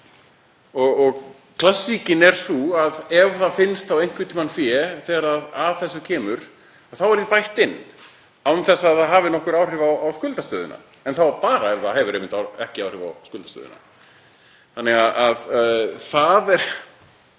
klassíkin er sú að ef það finnst eitthvert fé þegar að þessu kemur þá er því bætt inn án þess að það hafi nokkur áhrif á skuldastöðuna, en þá bara ef það hefur ekki áhrif á skuldastöðuna. Það er